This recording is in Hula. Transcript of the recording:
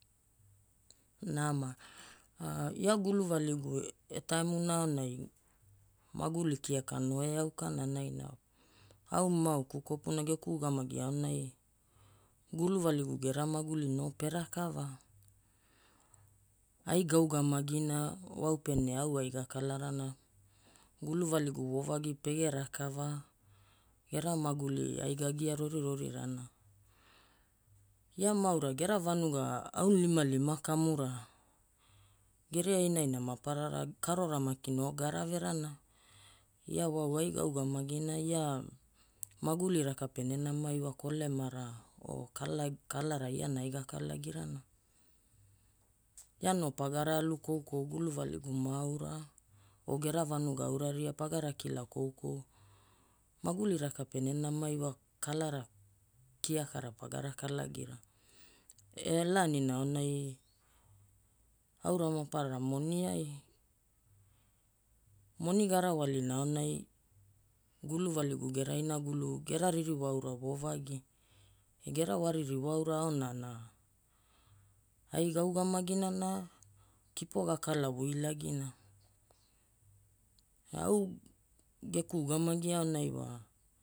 Nama, ia guluvaligu etaimuna aonai maguli kiaka no eaukana naina. Au maauku kopuna geku ugamagi aonai guluvaligu gera maguli no pe rakava. Ai gaugamagina waupene au ai gakalarana. Guluvaligu voovagi pege rakava. Gera maguli ai gagia rorirorirana. Ia maaura gera vanuga aunilimalima kamura geria inaina maparara karora maki no garaverana. Ia wa ai gaugamagina ia maguli raka pene nama iwa kolemara o kalara iana ai kalagirana. Ia no pagara alu koukou guluvaligu maaura o gera vanuga aura ria pagara kilakoukou. Maguli raka pene nama iwa kalara kiakara pagara kalagira. Elaanina aonai aura maparara moni ai. Moni garawalina aonai guluvaligu gera inagulu gera ririwa aura voovagi. Gera waririwa aura aonana ai gaugamagina na kipo gakala guilagina. Au geku ugamagi aonai wa